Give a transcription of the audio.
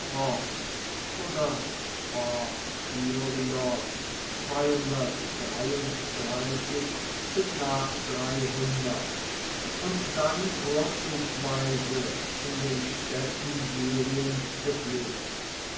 oder porphyr bis nach und dann vorzugsweise in den städten syriens gepflegt